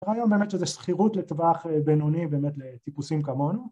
היום באמת שזה שכירות לטווח בינוני באמת לטיפוסים כמונו